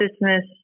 business